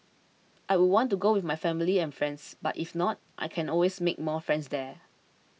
I would want to go with my family and friends but if not I can always make more friends there